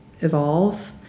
evolve